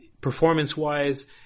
performance-wise